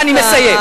אני מסיים.